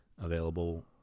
Available